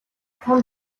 том